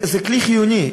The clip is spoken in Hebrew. זה כלי חיוני,